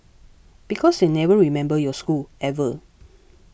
because they never remember your school ever